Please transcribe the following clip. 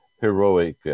heroic